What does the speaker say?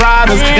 Riders